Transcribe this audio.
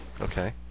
Okay